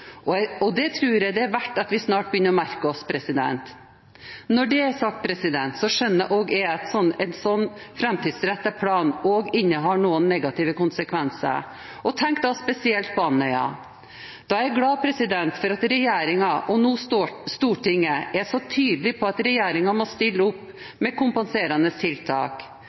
og det tror jeg det er verdt at vi snart begynner å merke oss. Når det er sagt, skjønner også jeg at en slik framtidsrettet plan også innehar noen negative konsekvenser, og jeg tenker da spesielt på Andøya. Da er jeg glad for at regjeringen, og nå Stortinget, er så tydelige på at regjeringen må stille opp med kompenserende tiltak.